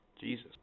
Jesus